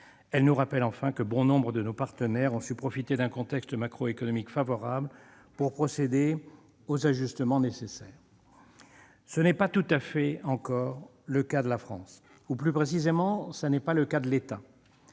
nous rappelle enfin que bon nombre de nos partenaires ont su profiter d'un contexte macroéconomique favorable pour procéder aux ajustements nécessaires. Ce n'est pas encore tout à fait le cas de la France. Plus précisément, ce n'est pas le cas de l'État.